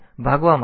તેથી આ ઉપયોગી છે